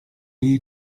jej